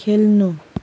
खेल्नु